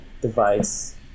device